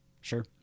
sure